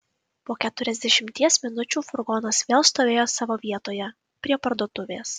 po keturiasdešimties minučių furgonas vėl stovėjo savo vietoje prie parduotuvės